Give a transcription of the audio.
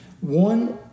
One